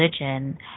religion